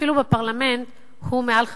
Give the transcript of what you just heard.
אפילו בפרלמנט, הוא מעל 50%?